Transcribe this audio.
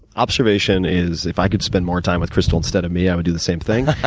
observation is, if i could spend more time with crystal instead of me, i would do the same thing.